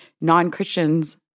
non-Christians